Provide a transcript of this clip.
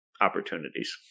opportunities